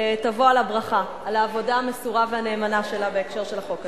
תבוא על הברכה על העבודה המסורה והנאמנה שלה בהקשר של החוק הזה.